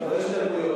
לא השתלמויות,